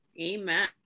Amen